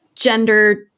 Gender